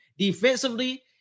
defensively